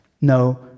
No